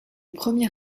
premier